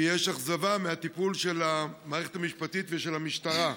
כי יש אכזבה מהטיפול של המערכת המשפטית ושל המשטרה.